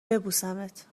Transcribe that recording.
ببوسمت